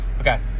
Okay